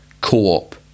co-op